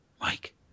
Mike